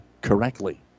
correctly